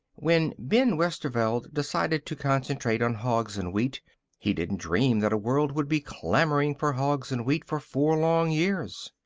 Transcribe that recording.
when ben westerveld decided to concentrate on hogs and wheat he didn't dream that a world would be clamoring for hogs and wheat for four long years.